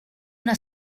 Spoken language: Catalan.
una